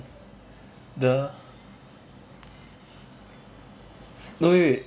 the no wait wait